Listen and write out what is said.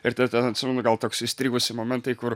ir tada ten atsimenu gal toks įstrigusi momentai kur